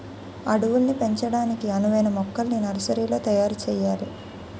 అడవుల్ని పెంచడానికి అనువైన మొక్కల్ని నర్సరీలో తయారు సెయ్యాలి